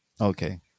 Okay